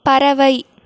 பறவை